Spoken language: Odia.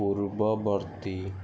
ପୂର୍ବବର୍ତ୍ତୀ